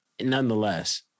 nonetheless